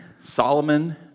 Solomon